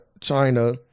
China